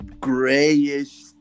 Grayish